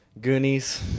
Goonies